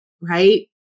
Right